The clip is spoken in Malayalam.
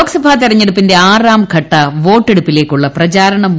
ലോക്സഭാ തെരഞ്ഞെടുപ്പിന്റെ ആറാംഘട്ട വോട്ടെടുപ്പിലേക്കുള്ള പ്രചാരണം ഊർജിതമായി